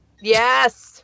Yes